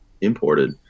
imported